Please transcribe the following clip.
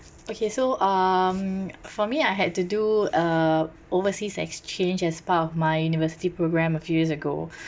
okay so um for me I had to do uh overseas exchange as part of my university program a few years ago